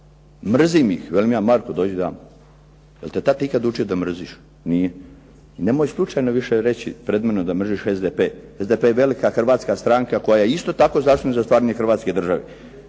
Mrzim ih. Velim ja Marku dođi de amo. Jel' te tata ikad učio da mrziš? Nije. Nemoj slučajno više reći pred menom da mrziš SDP. SDP je velika hrvatska stranka koja je isto tako zaslužna za stvaranje Hrvatske države.